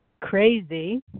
crazy